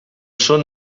són